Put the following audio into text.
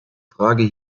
frage